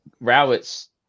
Rowett's